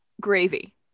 gravy